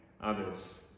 others